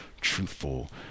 truthful